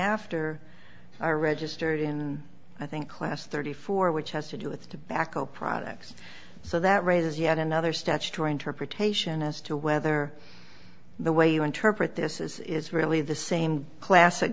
after are registered in i think class thirty four which has to do with tobacco products so that raises yet another statutory interpretation as to whether the way you interpret this is is really the same class